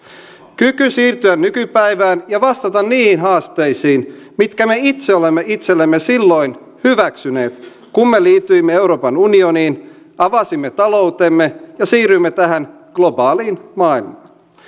kyky siirtyä nykypäivään ja vastata niihin haasteisiin mitkä me itse olemme itsellemme silloin hyväksyneet kun me liityimme euroopan unioniin avasimme taloutemme ja siirryimme tähän globaaliin maailmaan